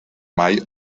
mai